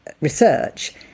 research